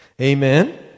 Amen